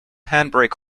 handbrake